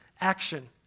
action